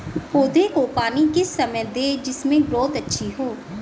पौधे को पानी किस समय दें जिससे ग्रोथ अच्छी हो?